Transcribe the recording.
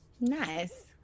Nice